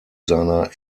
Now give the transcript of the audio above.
seiner